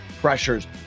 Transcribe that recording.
pressures